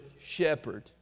Shepherd